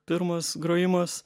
pirmas grojimas